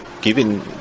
Given